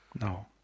No